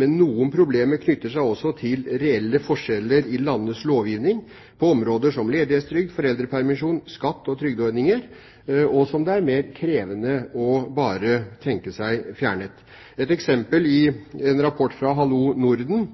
men noen problemer knytter seg også til reelle forskjeller i landenes lovgivning, på områder som ledighetstrygd, foreldrepermisjon, skatt og trygdeordninger, og som det er mer krevende å tenke seg fjernet. Et eksempel, i en rapport fra Hallo Norden,